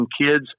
kids